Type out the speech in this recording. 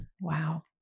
Wow